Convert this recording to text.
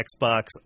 Xbox